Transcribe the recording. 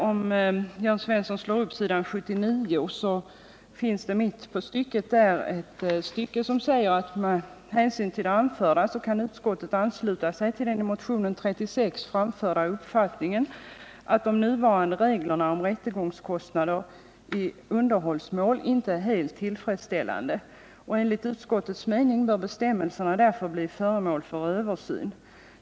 Om Jörn Svensson slår upp s. 79 i utskottets betänkande kan han mitt på sidan läsa följande stycke: ”Med hänsyn till det anförda kan utskottet ansluta sig till den i motionen 36 framförda uppfattningen att de nuvarande reglerna om rättegångskostnad i underhållsmål inte är helt tillfredsställande. Enligt utskottets mening bör bestämmelserna därför bli föremål för översyn.